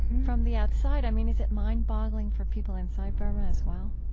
from the outside, i mean, is it mind-boggling for people inside burma as well?